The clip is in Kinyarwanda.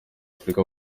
afurika